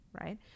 right